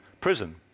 prison